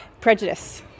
prejudice